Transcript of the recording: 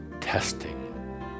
testing